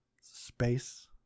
space